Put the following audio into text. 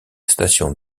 station